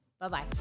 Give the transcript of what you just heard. Bye-bye